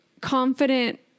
confident